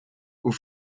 aux